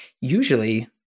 Usually